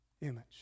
image